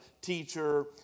teacher